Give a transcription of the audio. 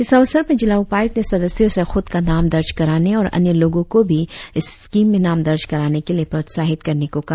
इस अवसर पर जिला उपायुक्त ने सदस्यों से खुद का नाम दर्ज कराने और अन्य लोगों को भी इस स्कीम में नाम दर्ज कराने के लिए प्रोत्साहित करने को कहा